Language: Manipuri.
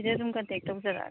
ꯁꯤꯗ ꯑꯗꯨꯝ ꯀꯟꯇꯦꯛ ꯇꯧꯖꯔꯛꯑꯒꯦ